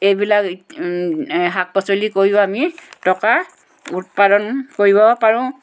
এইবিলাক শাক পাচলি কৰিও আমি টকা উৎপাদন কৰিব পাৰোঁ